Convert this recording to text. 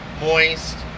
moist